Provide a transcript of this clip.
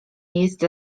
jest